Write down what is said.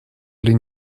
или